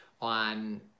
on